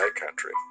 country